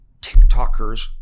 TikTokers